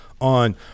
on